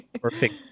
perfect